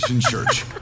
Church